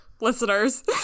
listeners